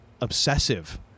obsessive